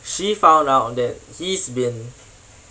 she found out that he's been